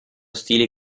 stili